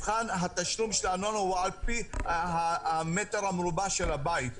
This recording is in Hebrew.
התשלום של ארנונה הוא על פי המטר המרובע של הבית.